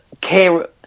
care